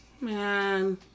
man